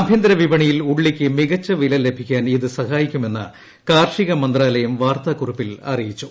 ആഭ്യന്തരവിപണിയിൽ ഉള്ളിക്ക് മികച്ച വില ലഭിക്കാൻ ഇത് സഹായിക്കുമെന്ന് കാർഷികമന്ത്രാലയം വാർത്താക്കുറിപ്പിൽ അറിയിച്ചു